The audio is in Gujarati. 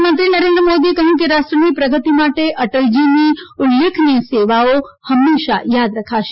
પ્રધાનમંત્રી નરેન્દ્ર મોદીએ કહ્યું કે રાષ્ટ્રની પ્રગતિ માટે અટલજીની ઉલ્લેખનીય સેવાઓ હંમેશા યાદ રખાશે